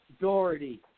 Doherty